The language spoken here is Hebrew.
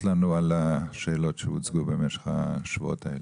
לנו על השאלות שהוצגו במשך השבועות האלה.